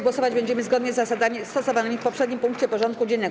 Głosować będziemy zgodnie z zasadami stosowanymi w poprzednim punkcie porządku dziennego.